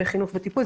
וחינוך וטיפול.